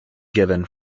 given